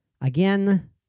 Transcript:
Again